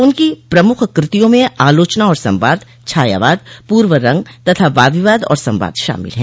उनकी प्रमुख कृतियों में आलोचना और संवाद छायावाद पूर्व रंग तथा वाद विवाद और संवाद शामिल हैं